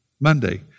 Monday